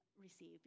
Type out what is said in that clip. receive